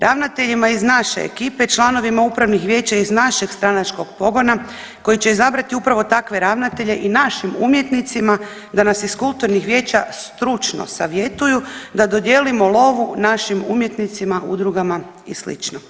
Ravnateljima iz naše ekipe, članovima upravnih vijeća iz našeg stranačkog pogona koji će izabrati upravo takve ravnatelje i našim umjetnicima da nas iz kulturnih vijeća stručno savjetuju, da dodijelimo lovu našim umjetnicima, udrugama i sl.